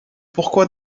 pourquoi